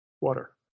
Water